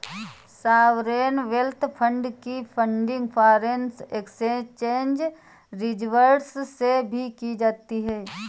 sovereign wealth fund की funding foreign exchange reserves से भी की जाती है